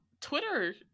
Twitter